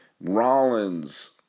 Rollins